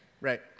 right